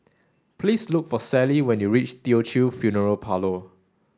please look for Sally when you reach Teochew Funeral Parlour